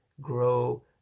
grow